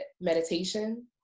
meditation